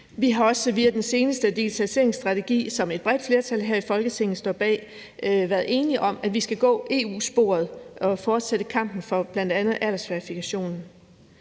Vi har også via den seneste digitaliseringsstrategi, som et bredt flertal her i Folketinget står bag, været enige om, at vi skal gå ad EU-sporet og fortsætte kampen for bl.a. aldersverifikation.